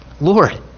Lord